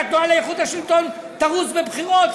שהתנועה לאיכות השלטון תרוץ בבחירות,